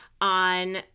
on